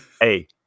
Hey